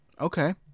Okay